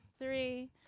three